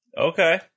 Okay